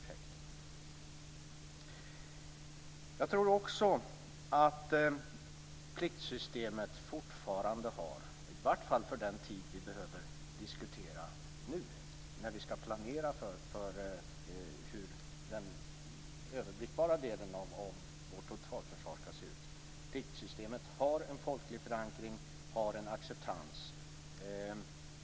Vidare tror jag att pliktsystemet fortfarande, i varje fall för den tid som vi behöver diskutera nu när vi skall planera för hur den överblickbara delen av vårt totalförsvar skall se ut, har en folklig förankring och en acceptans.